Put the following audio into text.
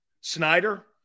Snyder